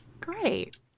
Great